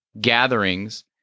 gatherings